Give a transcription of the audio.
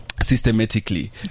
systematically